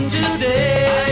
today